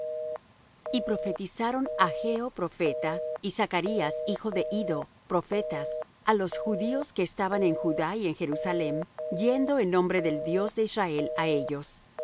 y profetizaron haggeo profeta y zacarías hijo de iddo profetas á los judíos que estaba en judá y en jerusalem yendo en nombre del dios de israel á ellos